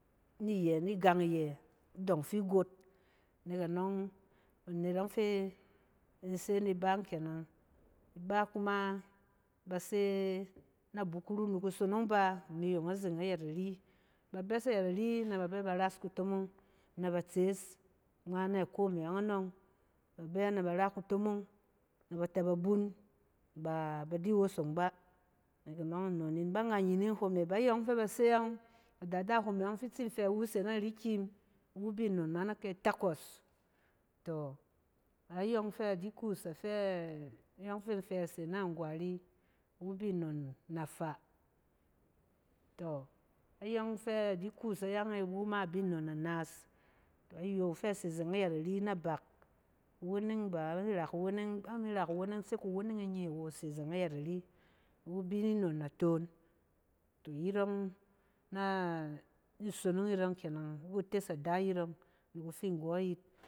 Niyɛ ni gang iyɛ idↄng ti fot nek anↄng banet ↄng fɛ in se nib a kanang. Ibɛ kuma ba se na bukuru ni skusonong ba imi yong azeng ayɛt ari. Ba bɛs ayɛt ari nɛ ba bɛs bar as kutomong nɛ bat sees, ngma na ako me ↄng anↄng. Ba bɛ naba ra kutomong nɛ ba tɛ ba bun, ba ba di wosong ba, anↄng nnon nin. Ba’ngannyining hom e bayↄng fɛ ba se ↄng adada hom e ↄng fi in tsin fa iwu se na rikim, iwu bi nnon ma na kai takwas. Tↄ, ayↄng fɛ di kus afɛ-ayↄng fin fɛ ase na angwari wu bi nnon nafaa. Tↄ ayↄng fɛ di kus ayang e iwu ma abi nnon nanaas. Ayo fɛ se zang nyɛt ari a bak kuweneng ba a ra kuweneng, ami ra kuweneng se kuweneng e nye awo ase zeng na yɛt ari, iwu bi ni nnon natoon. Tↄ iyit ↄng na-ni sonong yit ↄng kenang ni kutes ada yit ↄng ni kufi nggↄ yit.